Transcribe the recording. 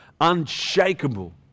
unshakable